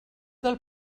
del